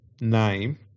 name